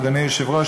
אדוני היושב-ראש,